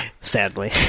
Sadly